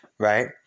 Right